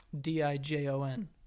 D-I-J-O-N